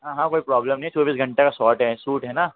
हाँ हाँ कोई प्रॉब्लम नहीं है चौबीस घंटा का शॉट है शूट है न